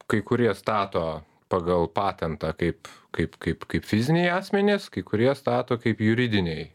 kai kurie stato pagal patentą kaip kaip kaip kaip fiziniai asmenys kai kurie stato kaip juridiniai